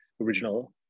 original